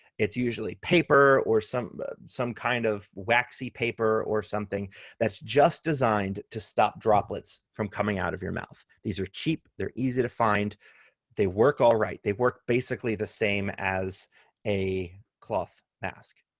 it's usually paper or some but some kind of waxy paper or something that's just designed to stop droplets from coming out of your mouth. these are cheap they're easy to find they work all right. they work basically the same as a cloth mask.